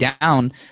down